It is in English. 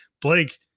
Blake